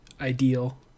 ideal